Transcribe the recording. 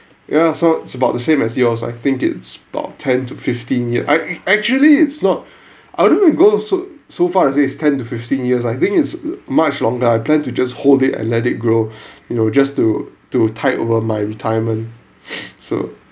ya so it's about the same as yours I think it's about ten to fifteen years I actually it's not I wouldn't even go so so far as these ten to fifteen years I think it's much longer I plan to just hold it and let it grow you know just to to tide over my retirement so